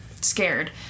scared